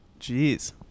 Jeez